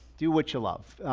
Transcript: do what you love.